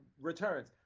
returns